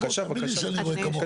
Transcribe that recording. בבקשה, בבקשה.